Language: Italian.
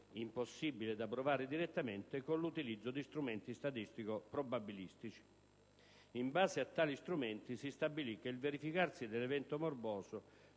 impossibile da provare direttamente, con l'utilizzo di strumenti statistico-probabilistici. In base a tali strumenti si stabilì che il verificarsi dell'evento morboso